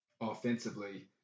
offensively